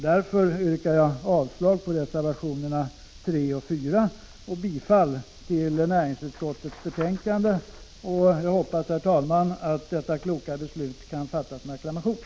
Jag yrkar därför avslag på reservationerna 3 och 4 och bifall till näringsutskottets hemställan i betänkandet 1985/86:8. Jag hoppas, herr talman, att ett sådant klokt beslut — i enlighet med mitt yrkande — kan fattas med acklamation.